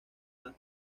las